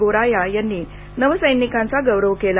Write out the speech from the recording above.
गोराया यांनी नवसैनिकांचा गौरव केला